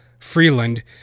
Freeland